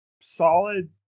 solid